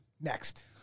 next